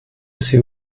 sie